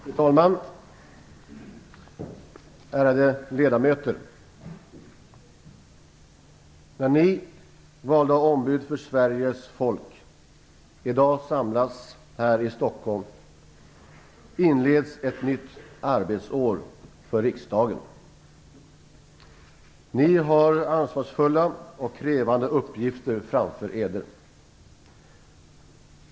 Fru talman! Ärade ledamöter! När ni, valda ombud för Sveriges folk, i dag samlas här i Stockholm, inleds ett nytt arbetsår för riksdagen. Ni har ansvarsfulla och krävande uppgifter framför Eder.